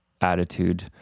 attitude